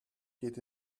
geht